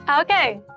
Okay